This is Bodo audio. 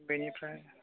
बेनिफ्राय